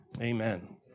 Amen